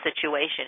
situation